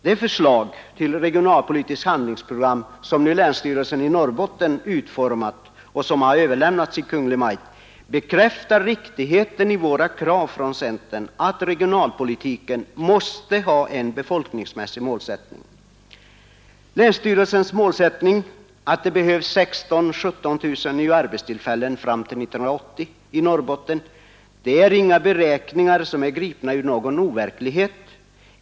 Det förslag till regionalpolitiskt handlingsprogram, som nu länsstyrelsen i Norrbotten utformat och som har överlämnats till Kungl. Maj:t, bekräftar riktigheten i våra krav från centern att regionalpolitiken måste ha en befolkningsmässig målsättning. Länsstyrelsens målsättning att det behövs 16 000—17 000 nya arbets tillfällen fram till 1980 i Norrbotten är inga beräkningar gripna ur overkligheten.